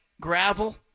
gravel